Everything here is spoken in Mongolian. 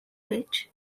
байж